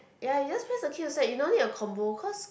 ya you just press the key to start you don't need a combo cause